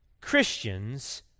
Christians